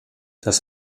das